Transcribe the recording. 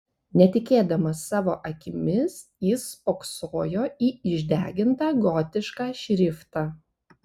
netikėdamas savo akimis jis spoksojo į išdegintą gotišką šriftą